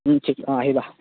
ঠিক অঁ আহিবা